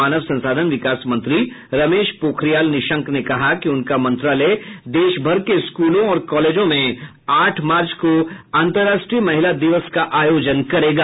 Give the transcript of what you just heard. मानव संसाधन विकास मंत्री रमेश पोखरियाल निशंक ने कहा कि उनका मंत्रालय देशभर के स्कूलों और कॉलेजों में आठ मार्च को अंतराष्ट्रीय महिला दिवस का आयोजन करेगा